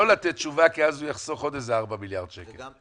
לתת תשובה כי אז הוא יחסוך עוד איזה ארבעה מיליארד שקל.